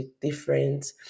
different